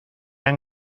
han